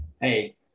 hey